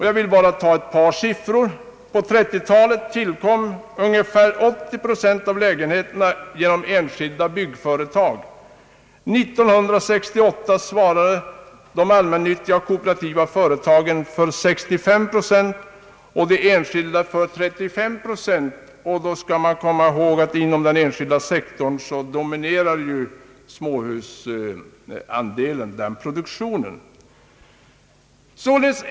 Jag vill bara nämna ett par siffror: på 1930-talet tillkom ungefär 80 procent av lägenheterna genom enskilda byggnadsföretag. År 1968 svarade de allmännyttiga och kooperativa företagen för 65 procent och de enskilda för 35 procent av byggandet — och då bör man komma ihåg att inom den enskilda sektorn dominerar egnahemmen nyproduktionen.